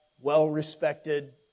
well-respected